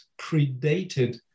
predated